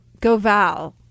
Goval